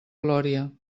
glòria